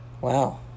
Wow